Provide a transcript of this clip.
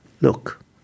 Look